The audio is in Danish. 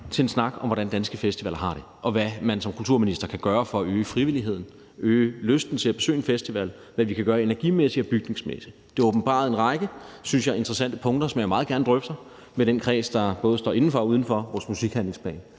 til en snak om, hvordan danske festivaler har det, og hvad man som kulturminister kan gøre for at øge frivilligheden og øge lysten til at besøge en festival, og hvad vi kan gøre energimæssigt og bygningsmæssigt. Det åbenbarede en række, synes jeg, interessante punkter, som jeg meget gerne drøfter både med den kreds, der står inden for vores musikhandlingsplan,